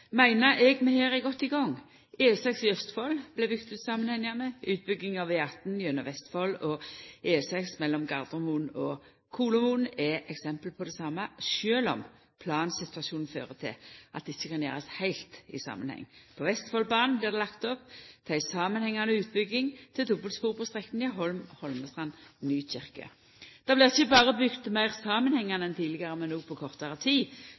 meiner eg at vi er godt i gang. E6 i Østfold vart bygd ut samanhengande. Utbygginga av E18 gjennom Vestfold og E6 mellom Gardermoen og Kolomoen er eksempel på det same – sjølv om plansituasjonen fører til at det ikkje kan gjerast heilt i samanheng. På Vestfoldbanen blir det lagt opp til ei samanhengande utbygging til dobbeltspor på strekninga Holm–Holmestrand–Nykirke. Det blir ikkje berre bygd meir samanhengande enn tidlegare, men òg på kortare tid.